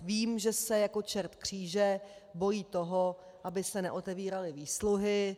Vím, že se jako čert kříže bojí toho, aby se neotevíraly výsluhy.